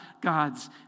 God's